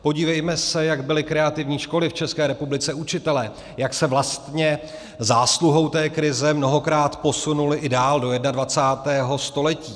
Podívejme se, jak byly kreativní školy v České republice, učitelé, jak se vlastně zásluhou té krize mnohokrát posunuli i dál do jednadvacátého století.